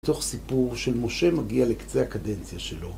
תוך סיפור של משה מגיע לקצה הקדנציה שלו.